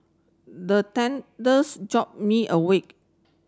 the jolt me awake